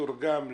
שמתורגמת